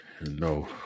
no